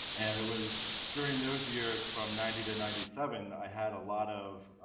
and it was during those years, from ninety to ninety seven i had a lot of,